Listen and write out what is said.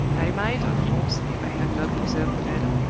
i might, of course, if i had not preserved the letter,